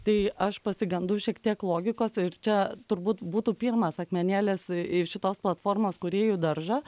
tai aš pasigendu šiek tiek logikos ir čia turbūt būtų pirmas akmenėlis į šitos platformos kūrėjų daržą